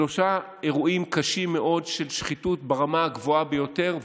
שלושה אירועים קשים מאוד של שחיתות ברמה הגבוהה ביותר.